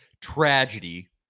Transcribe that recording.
tragedy